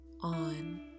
on